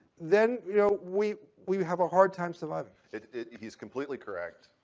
then you know we we have a hard time surviving. it it he's completely correct.